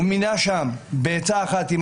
והוא מינה שם, בעצה אחת עם